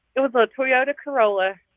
it was a toyota corolla.